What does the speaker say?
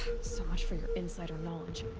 so much for your insider knowledge.